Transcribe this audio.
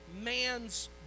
man's